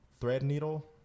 Threadneedle